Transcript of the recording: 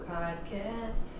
podcast